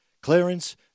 Clarence